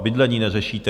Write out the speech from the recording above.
Bydlení neřešíte.